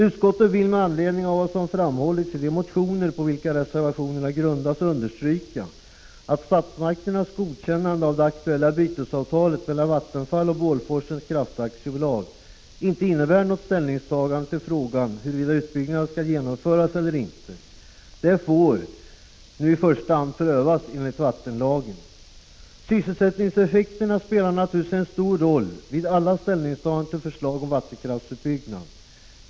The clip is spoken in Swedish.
Utskottet vill med anledning av vad som framhållits i de motioner på vilka reservationerna grundas understryka att statsmakternas godkännande av det aktuella bytesavtalet mellan Vattenfall och Bålforsens Kraftaktiebolag inte innebär något ställningstagande till frågan huruvida utbyggnaden skall genomföras eller inte — det får i första hand prövas enligt vattenlagen. Sysselsättningseffekterna spelar naturligtvis en stor roll vid alla ställningstaganden till förslag om vattenkraftsutbyggnad.